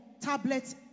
tablets